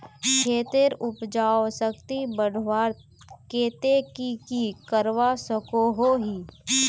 खेतेर उपजाऊ शक्ति बढ़वार केते की की करवा सकोहो ही?